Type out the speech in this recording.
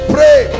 Pray